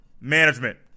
management